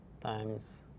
times